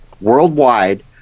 worldwide